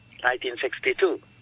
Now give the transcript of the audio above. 1962